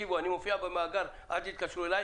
אני מופיע במאגר 'אל תתקשרו אליי',